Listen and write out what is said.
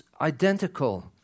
identical